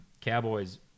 Cowboys